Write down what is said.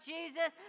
Jesus